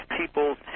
people